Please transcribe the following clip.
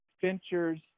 Fincher's